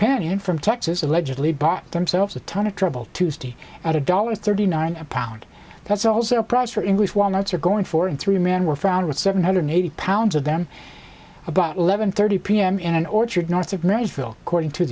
in from texas allegedly bought themselves a ton of trouble tuesday at a dollar thirty nine a pound that's also price for english walnuts are going for three men were found with seven hundred eighty pounds of them about eleven thirty p m in an orchard north of nashville according to